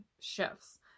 shifts